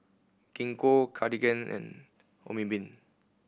Gingko Cartigain and Obimin